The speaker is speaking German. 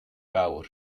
baur